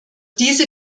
diese